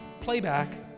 playback